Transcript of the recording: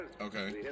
Okay